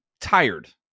tired